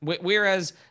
whereas